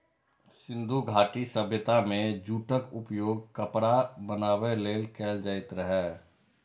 सिंधु घाटी सभ्यता मे जूटक उपयोग कपड़ा बनाबै लेल कैल जाइत रहै